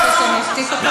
אתה רוצה שאני אשתיק אותם?